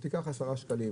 היא תיקח 10 שקלים,